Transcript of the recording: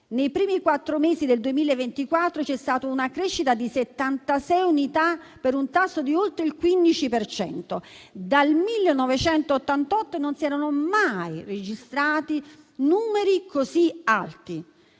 nei primi quattro mesi del 2024 c'è stata una crescita di 76 unità, per un tasso di oltre il 15 per cento. Dal 1988 non si erano mai registrati numeri così alti.